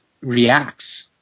reacts